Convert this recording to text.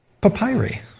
Papyri